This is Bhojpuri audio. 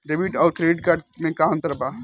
डेबिट आउर क्रेडिट कार्ड मे का अंतर बा?